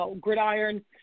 Gridiron